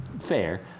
fair